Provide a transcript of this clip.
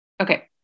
Okay